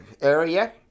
area